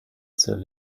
zur